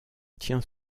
tient